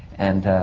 and